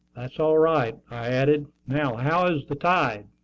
that's all right, i added. now how is the tide?